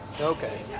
Okay